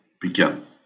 begin